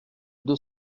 deux